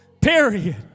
period